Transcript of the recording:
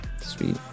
Sweet